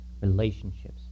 relationships